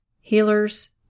healers